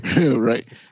Right